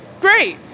great